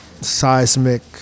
seismic